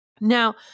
Now